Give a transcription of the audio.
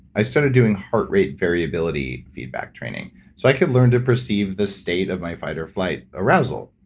i started doing heart rate variability feedback training so i could learn to perceive the state of my fight or flight arousal.